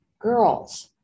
girls